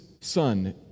son